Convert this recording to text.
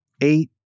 eight